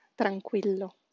tranquillo